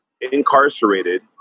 incarcerated